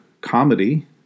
comedy